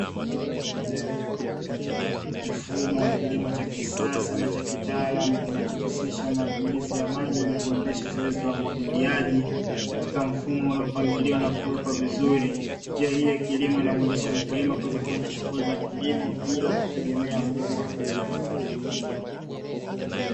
Mfumo wa kilimo cha kisasa na kitaalamu kinachohusisha matumizi ya maji ili kuendesha zoezi la umwagiliaji katika mfumo uliopangiliwa na kuwekwa vizuri. Njia hii ya kilimo inamwezesha mkulima kwenye shughuli za kilimo bila kutegemea mvua.